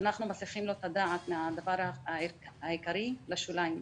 אנחנו מסיחים את הדעת שלו מהדבר העיקרי לשוליים.